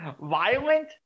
violent